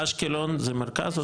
אשקלון זה מרכז, או דרום?